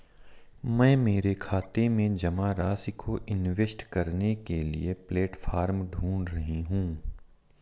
मैं मेरे खाते में जमा राशि को इन्वेस्ट करने के लिए प्लेटफॉर्म ढूंढ रही हूँ